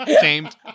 shamed